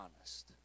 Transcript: honest